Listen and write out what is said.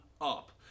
up